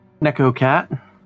Neko-Cat